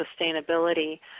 sustainability